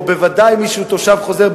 או בוודאי מי שהוא תושב חוזר,